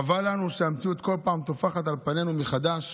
חבל לנו שהמציאות כל פעם טופחת על פנינו מחדש,